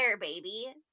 baby